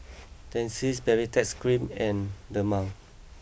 Dentiste Baritex cream and Dermale